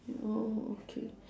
oh oh okay